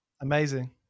amazing